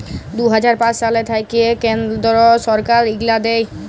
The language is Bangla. দু হাজার পাঁচ সাল থ্যাইকে কেলদ্র ছরকার ইগলা দেয়